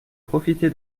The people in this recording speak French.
profité